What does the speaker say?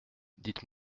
dites